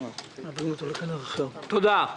תודה.